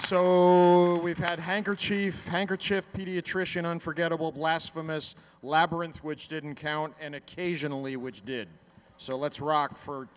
so we've had a handkerchief handkerchief pediatrician unforgettable blasphemous labyrinth which didn't count and occasionally which did so let's rock for